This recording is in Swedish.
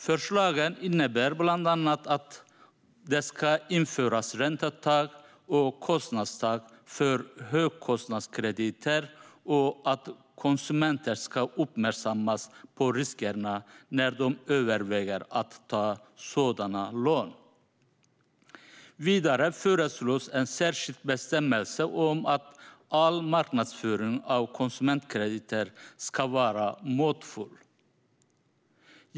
Förslagen innebär bland annat att räntetak och kostnadstak för högkostnadskrediter införs och att konsumenter ska uppmärksammas på riskerna när de överväger att ta sådana lån. Vidare föreslås en särskild bestämmelse om att all marknadsföring av konsumentkrediter ska vara måttfull.